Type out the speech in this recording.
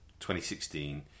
2016